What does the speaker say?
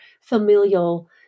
familial